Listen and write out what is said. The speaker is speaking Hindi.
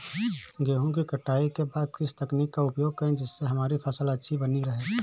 गेहूँ की कटाई के बाद किस तकनीक का उपयोग करें जिससे हमारी फसल अच्छी बनी रहे?